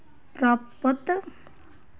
प्राप्त